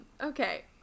Okay